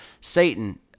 Satan